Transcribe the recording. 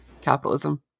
capitalism